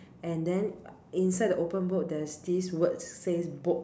and then inside the open book there is this word says books